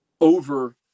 over